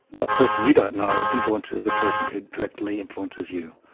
that person you don't know influences the person who directly influences you.